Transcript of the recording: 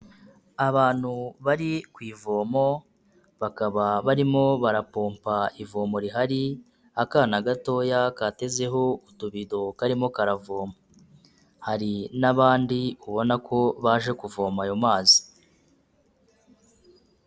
Abantu bari ku ivomo, bakaba barimo barapompa ivomo rihari, akana gatoya katezeho utubido karimo karavoma, hari n'abandi ubona ko baje kuvoma ayo mazi.